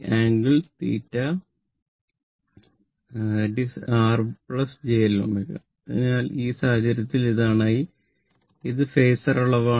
അതിനാൽ ആ സാഹചര്യത്തിൽ ഇതാണ് i ഇത് ഫാസർ അളവാണ്